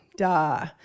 Duh